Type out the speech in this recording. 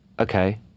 Okay